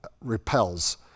repels